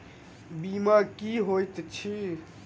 बीमा की होइत छी?